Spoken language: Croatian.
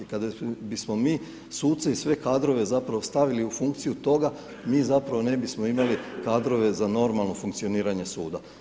Kada bismo mi suce i sve kadrove zapravo stavili u funkciju toga mi zapravo ne bismo imali kadrove za normalno funkcioniranje suda.